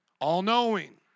All-knowing